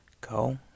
Go